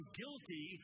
guilty